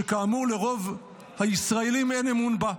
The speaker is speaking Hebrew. שכאמור לרוב הישראלים אין אמון בה.